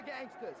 gangsters